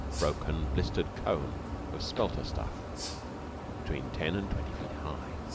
broken, blistered cone of spelter stuff between ten and twenty feet high.